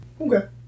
Okay